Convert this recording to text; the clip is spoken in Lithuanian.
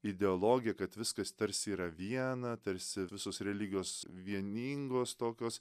ideologija kad viskas tarsi yra viena tarsi visos religijos vieningos tokios